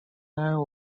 never